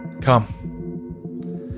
Come